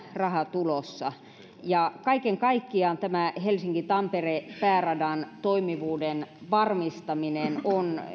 tulossa kaiken kaikkiaan tämä helsinki tampere pääradan toimivuuden varmistaminen on